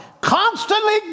constantly